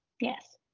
Yes